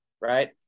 right